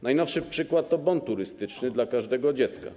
Najnowszy przykład to bon turystyczny dla każdego dziecka.